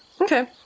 Okay